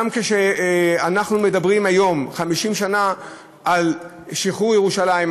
גם כשאנחנו מדברים היום על 50 שנה לשחרור ירושלים,